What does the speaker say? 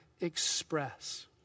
express